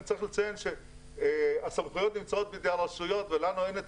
אני צריך לציין שהסמכויות נמצאות בידי הרשויות ולנו אין את